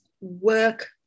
work